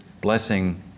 blessing